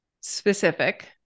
specific